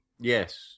Yes